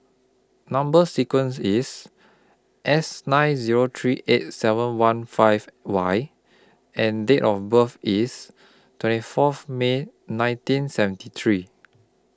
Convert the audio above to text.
Number sequence IS S nine Zero three eight seven one five Y and Date of birth IS twenty Fourth May nineteen seventy three